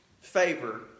favor